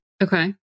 Okay